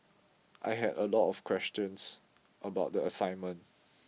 I had a lot of questions about the assignment